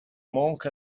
monk